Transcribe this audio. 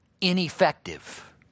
ineffective